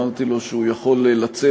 אמרתי לו שהוא יכול לצאת,